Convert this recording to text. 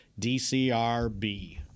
DCRB